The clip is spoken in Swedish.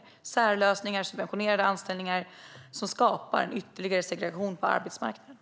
Det är särlösningar och subventionerade anställningar som skapar ytterligare segregation på arbetsmarknaden.